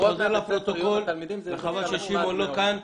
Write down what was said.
פעם אחר פעם אני חוזר לפרוטוקול וחבל ששמעון לא כאן,